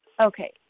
Okay